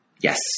Yes